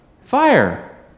Fire